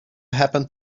happened